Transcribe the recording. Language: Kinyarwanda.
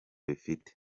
bifite